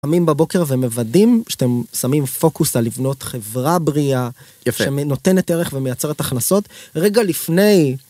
קמים בבוקר ומוודאים שאתם שמים פוקוס על לבנות חברה בריאה יפה נותנת ערך ומייצרת הכנסות רגע לפני...